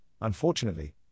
unfortunately